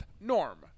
Norm